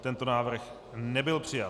Tento návrh nebyl přijat.